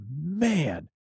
man